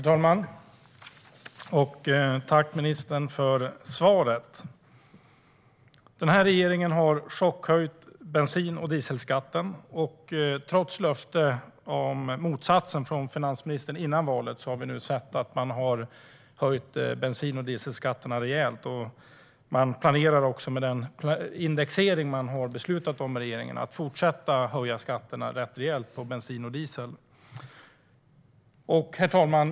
Herr talman! Tack, ministern, för svaret! Regeringen har chockhöjt bensin och dieselskatten. Trots löfte om motsatsen från finansministern före valet har vi nu sett att man har höjt dessa skatter rejält. Regeringen planerar också i och med den indexering man har beslutat om att fortsätta att höja skatterna rätt rejält på bensin och diesel. Herr talman!